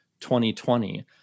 2020